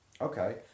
Okay